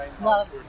love